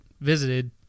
visited